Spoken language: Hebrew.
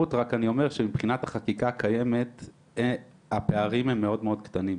מבחינת החקיקה הקיימת הפערים הם מאוד מאוד קטנים.